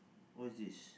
what's this